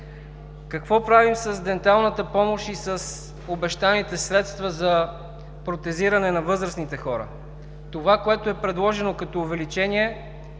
Какво правим с денталната помощ и с обещаните средства за протезиране на възрастните хора? Това, което е предложено като увеличение,